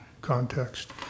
context